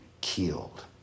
killed